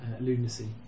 lunacy